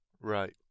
Right